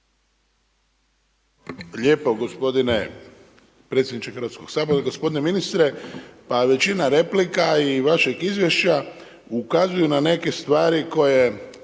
lijepo gospodine predsjedniče Hrvatskoga sabora. Gospodine ministre, pa većina replika i vašeg izvješća ukazuju na neke stvari koje